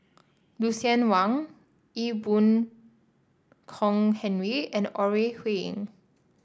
Lucien Wang Ee Boon Kong Henry and Ore Huiying